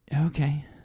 Okay